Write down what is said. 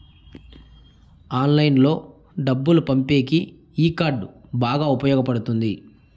ఆన్లైన్లో డబ్బులు పంపేకి ఈ కార్డ్ బాగా ఉపయోగపడుతుంది